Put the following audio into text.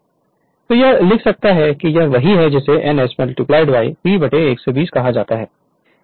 तो यह लिख सकता है कि यह वही है जिसे n ns P 120 कहा जाता है